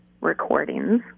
recordings